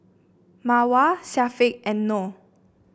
Mawar Syafiq and Noh